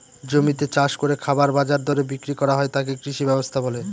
জমিতে চাষ করে খাবার বাজার দরে বিক্রি করা হয় তাকে কৃষি ব্যবস্থা বলে